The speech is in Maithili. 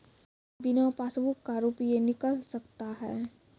बिना पासबुक का रुपये निकल सकता हैं?